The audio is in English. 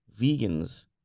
vegans